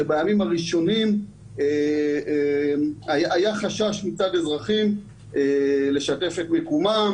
שבימים הראשונים היה חשש מצד אזרחים לשתף את מיקומם